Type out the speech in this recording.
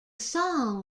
song